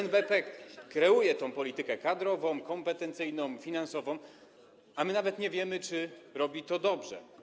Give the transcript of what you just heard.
NBP kreuje politykę kadrową, kompetencyjną, finansową, a my nawet nie wiemy, czy robi to dobrze.